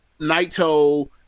Naito